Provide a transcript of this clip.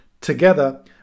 Together